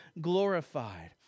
glorified